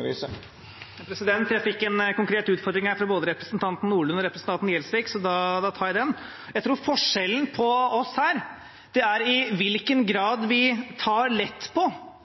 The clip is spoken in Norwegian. minutt. Jeg fikk en konkret utfordring fra både representanten Nordlund og representanten Gjelsvik. Da tar jeg den. Jeg tror forskjellen på oss er i hvilken grad vi tar lett på